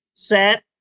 set